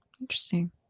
interesting